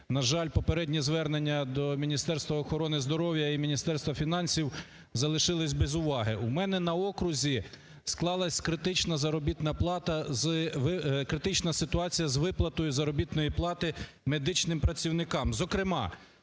на жаль, попередні звернення до Міністерства охорони здоров'я і Міністерства фінансів залишились без уваги. У мене на окрузі склалась критична заробітна плата, критична ситуація з виплатою заробітної плати медичним працівникам.